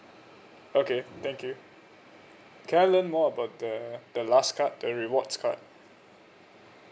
okay thank you can I learn more about the the last card the rewards card